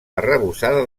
arrebossada